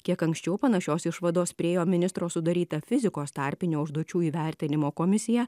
kiek anksčiau panašios išvados priėjo ministro sudaryta fizikos tarpinių užduočių įvertinimo komisija